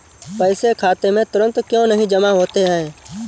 पैसे खाते में तुरंत क्यो नहीं जमा होते हैं?